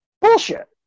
Bullshit